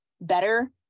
better